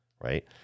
right